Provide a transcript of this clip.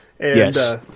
Yes